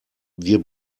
wir